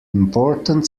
important